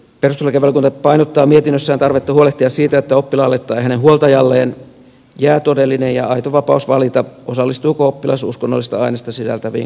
perustuslakivaliokunta painottaa mietinnössään tarvetta huolehtia siitä että oppilaalle tai hänen huoltajalleen jää todellinen ja aito vapaus valita osallistuuko oppilas uskonnollista ainesta sisältäviin koulun tilaisuuksiin